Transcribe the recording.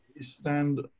stand